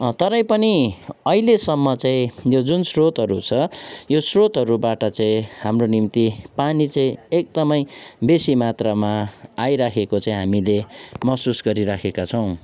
तरै पनि अहिलेसम्म चाहिँ यो जुन श्रोतहरू छ यो श्रोतहरूबाट चाहिँ हाम्रो निम्ति पानी चाहिँ एकदमै बेसी मात्रामा आइराखेको चाहिँ हामीले महसुस गरि राखेका छौँ